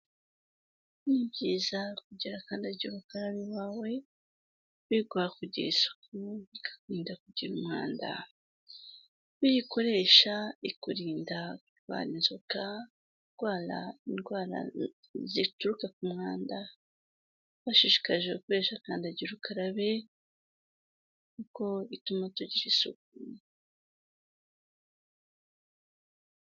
Ni byiza kugira kandagira ukarabe iwawe biguha kugira isuku, bikakurinda kugira umwanda. Iyo uyikoresha ikurinda kurwara inzoka, kurwara indwara zituruka ku mwanda, twabashishikarije gukoresha kandagira ukarabe kuko ituma tugira isuku.